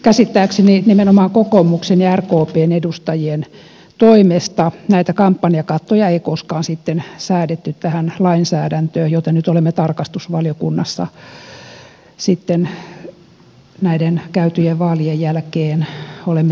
käsittääkseni nimenomaan kokoomuksen ja rkpn edustajien toimesta näitä kampanjakattoja ei koskaan sitten säädetty tähän lainsäädäntöön ja nyt olemme tarkastusvaliokunnassa sitten näiden käytyjen vaalien jälkeen seuranneet tätä lainsäädännön vaikuttavuutta